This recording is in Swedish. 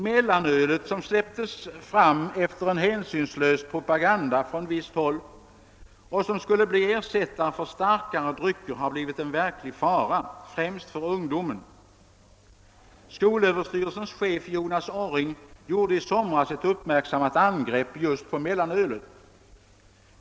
Mellanölet, som släpptes fram efter en hänsynslös propaganda från visst håll och som skulle bli en ersättare för starkare drycker, har blivit en verklig fara, främst för ungdomen. Skolöverstyrelsens chef Jonas Orring gjorde i somras ett uppmärksammat angrepp just på mellanölet.